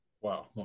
Wow